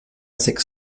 sechs